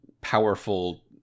powerful